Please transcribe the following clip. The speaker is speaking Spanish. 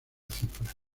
cifra